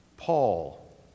Paul